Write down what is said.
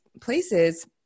places